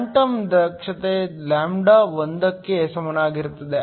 quantum ದಕ್ಷತೆ lambda 1 ಕ್ಕೆ ಸಮನಾಗಿರುತ್ತದೆ